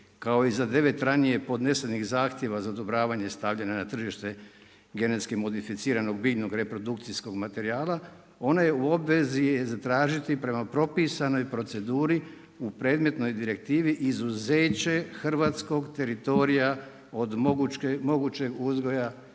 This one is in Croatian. kao i za 9 ranije podnesenih zahtjeva za odobravanje i stavljanje na tržište GMO biljnog reprodukcijskog materijala ona je u obvezi je zatražiti prema propisanoj proceduri u predmetnoj direktivi izuzeće hrvatskog teritorija od mogućeg uzgoja